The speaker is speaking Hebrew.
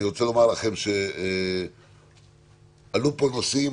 אני רוצה לומר לכם שעלו פה נושאים,